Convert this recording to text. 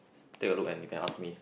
take a look and you can ask me